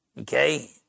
Okay